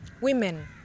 Women